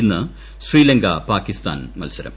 ഇന്ന് ശ്രീലങ്ക പാകിസ്ഥാൻ മൽസരം